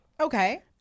Okay